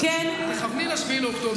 תכווני ל-7 באוקטובר.